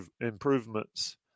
improvements